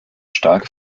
stark